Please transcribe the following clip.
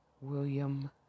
William